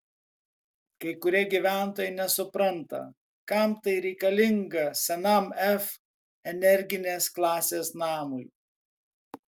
kai kurie gyventojai nesupranta kam tai reikalinga senam f energinės klasės namui